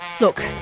Look